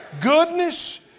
goodness